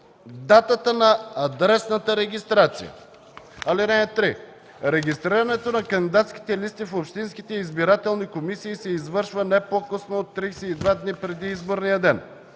датата на адресната регистрация. (3) Регистрирането на кандидатските листи в общинските избирателни комисии се извършва не по-късно от 32 дни преди изборния ден.